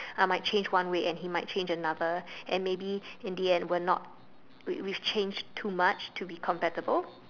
I might change one way and he might change another and maybe in the end we're not we we changed too much to be compatible